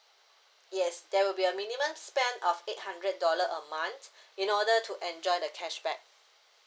yes there will be a minimum spend of eight hundred dollar a month in order to enjoy the cashback